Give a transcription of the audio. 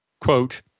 quote